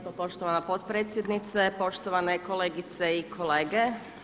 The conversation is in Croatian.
Poštovana potpredsjednice, poštovane kolegice i kolege.